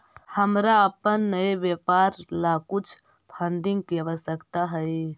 हमारा अपन नए व्यापार ला कुछ फंडिंग की आवश्यकता हई